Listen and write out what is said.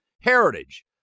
Heritage